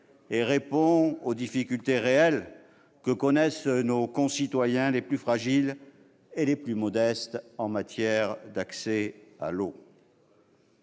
et répond aux difficultés concrètes que connaissent nos concitoyens les plus fragiles et les plus modestes en matière d'accès à l'eau.